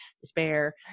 despair